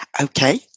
Okay